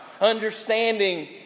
understanding